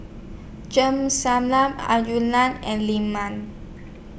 and